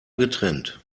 getrennt